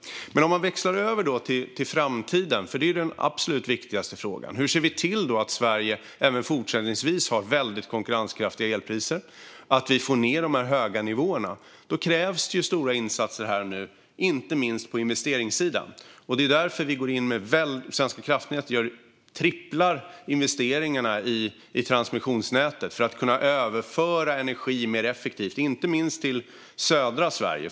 Låt oss växla över till framtiden. Det är den absolut viktigaste frågan. Hur ser vi till att Sverige även fortsättningsvis har konkurrenskraftiga elpriser och att de höga nivåerna sänks? Då krävs stora insatser här och nu, inte minst på investeringssidan. Det är därför Svenska kraftnät tredubblar investeringarna i transmissionsnätet för att kunna överföra energi mer effektivt, inte minst till södra Sverige.